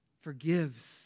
forgives